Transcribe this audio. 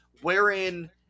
wherein